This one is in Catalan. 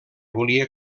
volia